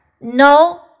no